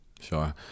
sure